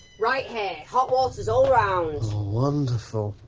right here. hot waters all round. wonderful!